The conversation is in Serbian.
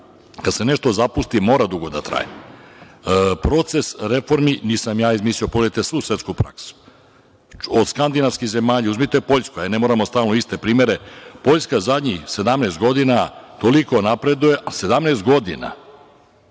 Kad se nešto zapusti mora dugo da traje. Proces reformi, nisam ja izmislio, pogledajte svu svetsku praksu, od skandinavskih zemalja, uzmite Poljsku, ne moramo stalno iste primere, Poljska zadnjih 17 godina toliko napreduje, a 17 godina.